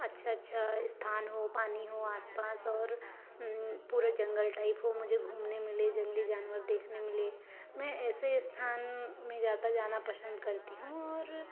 अच्छा अच्छा स्थान हो पानी हो आस पास और पूरे जंगल टाइप हो मुझे घूमने मिले जंगली जानवर देखने मिले मैं ऐसे स्थान में ज़्यादा जाना पसंद करती हूँ और